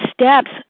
steps